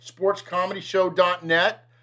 sportscomedyshow.net